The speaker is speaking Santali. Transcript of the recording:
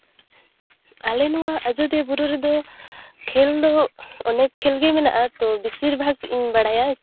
ᱟᱞᱮ ᱱᱚᱣᱟ ᱟᱡᱚᱫᱤᱭᱟᱹ ᱵᱩᱨᱩ ᱨᱮᱫᱚ ᱠᱷᱮᱞ ᱫᱚ ᱚᱱᱮᱠ ᱠᱷᱮᱞ ᱜᱮ ᱢᱮᱱᱟᱜᱼᱟ ᱛᱚ ᱵᱮᱥᱤᱨ ᱵᱷᱟᱜᱽ ᱤᱧ ᱵᱟᱲᱟᱭᱟ